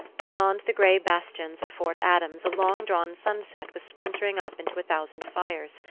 beyond the grey bastions of fort adams a long-drawn sunset was splintering up into a thousand fires,